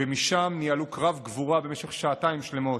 ומשם ניהלו קרב גבורה במשך שעתיים שלמות.